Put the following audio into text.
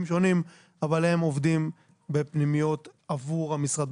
שונים אבל הם עובדים בפנימיות עבור המשרד,